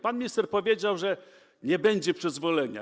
Pan minister powiedział, że nie będzie przyzwolenia.